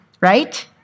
right